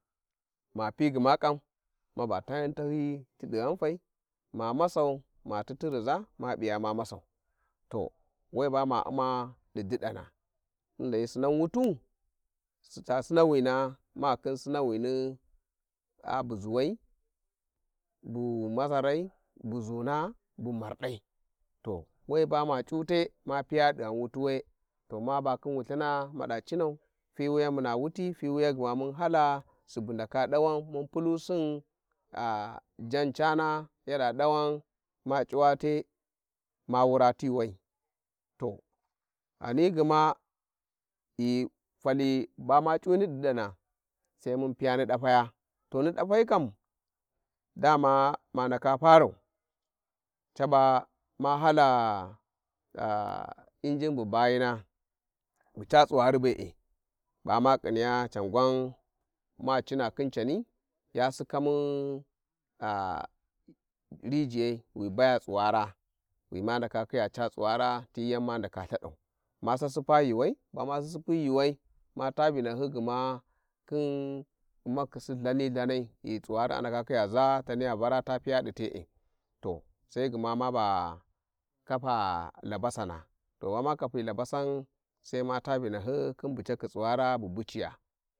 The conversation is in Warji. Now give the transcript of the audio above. ﻿Ma pi gma kam mabata yan tahyiyi tidi ghanfai ma masau ma ti ti riza ma piya ma shasau to we bama u'ma di didana tun hi sinan wutu s- ta sinawina makhin sinawini, bu zuwai, bu masarai bu zuuna, bu maradai, to we ba ma c'u te ma piya dighan wuti we to lthins ma da ciniau, fiwiya muna wuti fiwiya gma mu hala subu ndaka dawan mun pulusin jaan cana yada dawan ma c'uwa te ma wura ti wai to ghani gma ghi fali bama we, to gma ghi cuwi di didang, sai mun dafaya, to ni dilaya kam dama ma ndaka farau caba ma hala irijin bu bayina bu ca tsuwari be`e bama khiniys can gwan ma ana khin cani ya sikamu rijiyau wi baya tsuwara Wi ma ndaka khiya & tsuwara ti ti. yan ma ndako Ikhaday, ma sassipa yuuuwa bamasiosipyi yuuwai ma ta vinahyi gma khin u'maknisi gani chanai ghi tsuwari a ndaka khiya zataniya vara te piya di tec to sai gma maba terk labasans, to bama lafi labasan gai uş ta vinghyi khin bucakni tsuwara bu buciya